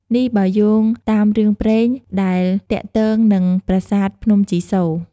នេះបើយោងតាមរឿងព្រេង ដែលទាក់ទងនឹងប្រាសាទភ្នំជីសូរ្យ។